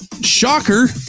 Shocker